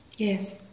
Yes